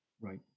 Right